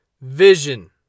vision